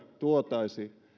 toisi